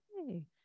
Okay